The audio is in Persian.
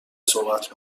صحبت